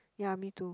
ya me too